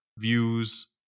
views